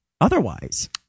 Otherwise